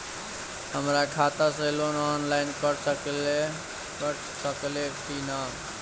हमरा खाता से लोन ऑनलाइन कट सकले कि न?